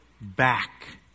back